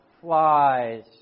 Flies